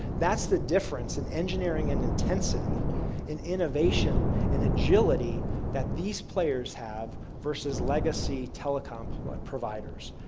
that's the difference in engineering and intensity in innovation and agility that these players have versus legacy telecom providers.